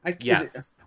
Yes